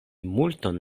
multon